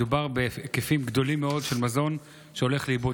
מדובר בהיקפים גדולים מאוד של מזון שהולך לאיבוד.